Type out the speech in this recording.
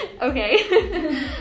okay